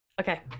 Okay